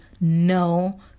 no